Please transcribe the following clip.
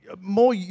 More